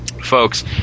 Folks